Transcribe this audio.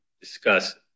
discuss